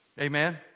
Amen